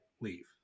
leave